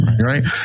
Right